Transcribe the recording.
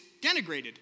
denigrated